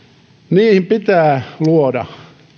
niihin pitää luoda